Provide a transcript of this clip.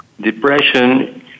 depression